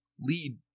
lead